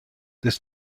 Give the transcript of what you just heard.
this